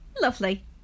Lovely